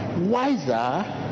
wiser